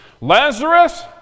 Lazarus